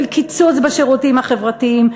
של קיצוץ בשירותים החברתיים,